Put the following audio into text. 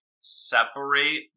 separate